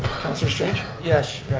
councillor strange. yes,